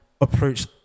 approach